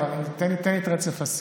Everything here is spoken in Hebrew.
אבל תן לי את רצף השיח.